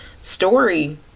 story